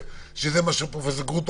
זה בסדר שהעסקים הקטנים ימשיכו להיות סגורים?